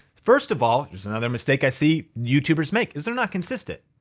first of all, there's another mistake i see youtubers make, is they're not consistent.